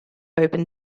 open